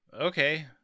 Okay